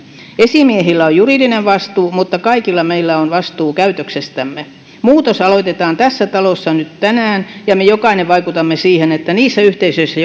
esimiehillä on juridinen vastuu mutta kaikilla meillä on vastuu käytöksestämme muutos aloitetaan tässä talossa nyt tänään me jokainen vaikutamme siihen että niissä yhteisöissä